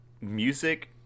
music